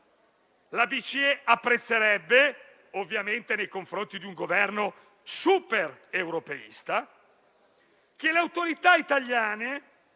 La BCE apprezzerebbe, ovviamente nei confronti di un Governo super europeista, che le autorità italiane